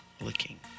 looking